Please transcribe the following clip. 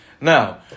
Now